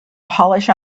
polish